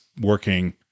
working